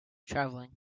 travelling